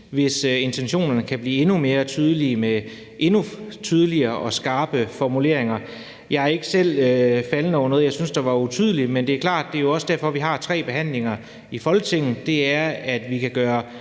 hvis intentionen kan blive endnu mere tydelig med endnu tydeligere og skarpere formuleringer. Jeg er ikke selv faldet over noget, jeg synes var utydeligt, men det er jo også derfor, vi har tre behandlinger i Folketinget, altså så vi kan gøre